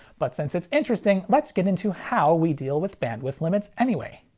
but, since it's interesting, let's get into how we deal with bandwidth limits anyway.